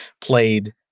played